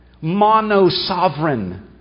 mono-sovereign